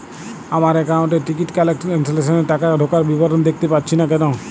আমার একাউন্ট এ ticket cancellation এর টাকা ঢোকার বিবরণ দেখতে পাচ্ছি না কেন?